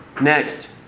Next